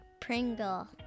Pringle